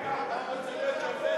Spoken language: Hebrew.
מה תכליתו של החוק?